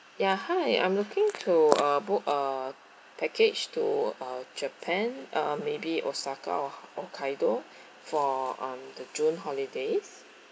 ya hi I'm looking to uh book a package to uh japan uh maybe osaka or h~ hokkaido for um the june holidays